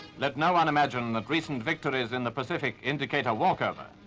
let no one imagine that recent victories in the pacific indicate a walkover.